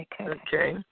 Okay